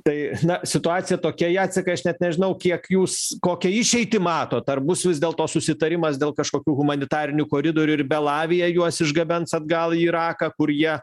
tai na situacija tokia jacekai aš net nežinau kiek jūs kokią išeitį matot ar bus vis dėlto susitarimas dėl kažkokių humanitarinių koridorių ir belavija juos išgabens atgal į iraką kur jie